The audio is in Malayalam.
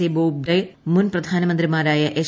എ ബോബ്ഡെ മുൻ പ്രധാനമന്ത്രിമാരായ എച്ച്